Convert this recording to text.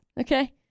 Okay